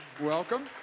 welcome